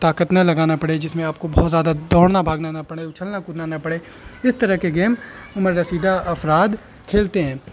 طاقت نہ لگانا پڑے جس میں آپ کو بہت زیادہ دوڑنا بھاگنا نہ پڑے اچھلنا کودنا نہ پڑے اس طرح کے گیم عمر رسیدہ افراد کھیلتے ہیں